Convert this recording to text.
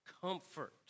comfort